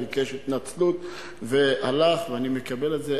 הוא ביקש התנצלות והלך ואני מקבל את זה,